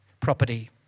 property